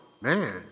man